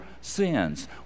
sins